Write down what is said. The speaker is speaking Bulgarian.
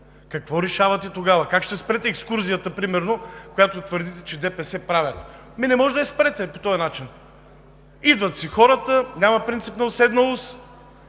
Какво решавате тогава? Как ще спрете екскурзията, например, която твърдите, че ДПС правят?! Не може да я спрете по този начин. Идват си хората, няма принцип на уседналост